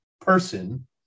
person